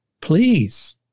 please